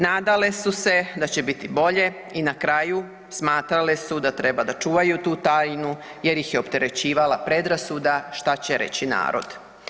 Nadale su se da će biti bolje i na kraju smatrale su da trebaju da čuvaju tu tajnu jer ih je opterećivala predrasuda šta će reći narod.